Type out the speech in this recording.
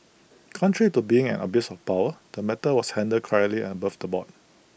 contrary to being an abuse of power the matter was handled correctly and above the board